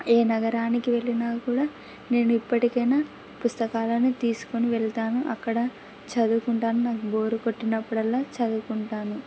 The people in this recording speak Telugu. ఏ నగరానికి వెళ్ళినా కూడా నేను ఇప్పటికైనా పుస్తకాలను తీసుకొని వెళ్తాను అక్కడ చదువుకుంటాను నాకు బోరు కొట్టినప్పుడల్లా చదువుకుంటాను